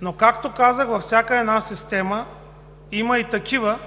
Но, както казах, във всяка една система има и такива,